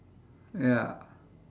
ya